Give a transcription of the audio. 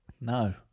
No